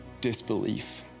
disbelief